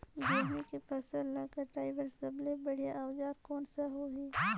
गहूं के फसल ला कटाई बार सबले बढ़िया औजार कोन सा होही?